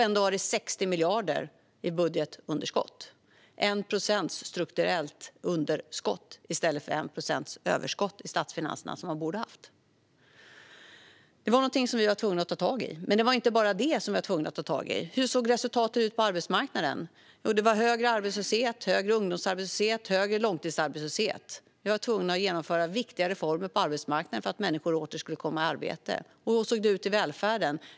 Ändå var det 60 miljarder i budgetunderskott - 1 procents strukturellt underskott i statsfinanserna i stället för 1 procents överskott, som man borde ha haft. Det var någonting som vi var tvungna att ta tag i, men det var inte bara det. Hur såg resultatet ut på arbetsmarknaden? Jo, det var högre arbetslöshet, högre ungdomsarbetslöshet och högre långtidsarbetslöshet. Vi var tvungna att genomföra viktiga reformer på arbetsmarknaden för att människor åter skulle komma i arbete. Hur såg resultatet ut i välfärden?